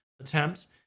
attempts